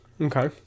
Okay